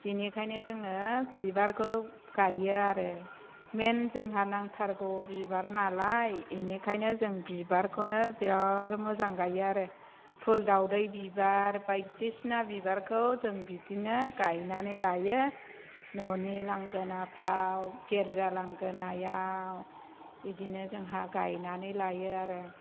बिनिखायनो जोङो बिबारखौ गायो आरो मेन जोंहा नांथारखौ बिबार नालाय बेनिखायनो जों बिबारखौनो बिराद मोजां गायो आरो फुल दावदै बिबार बायदिसिना बिबारखौ जों बिदिनो गायनानै लायो न'नि लांगोनाफ्राव गिरजा लांगोनायाव बेदिनो जोंहा गायनानै लायो आरो